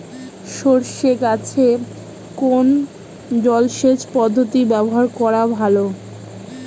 সরষে গাছে কোন জলসেচ পদ্ধতি ব্যবহার করা ভালো?